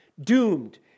doomed